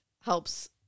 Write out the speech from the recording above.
helps